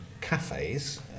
cafes